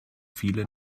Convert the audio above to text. viele